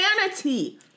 manatee